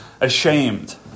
ashamed